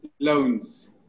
loans